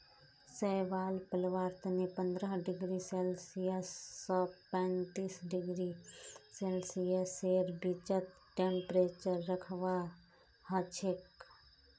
शैवाल पलवार तने पंद्रह डिग्री सेल्सियस स पैंतीस डिग्री सेल्सियसेर बीचत टेंपरेचर रखवा हछेक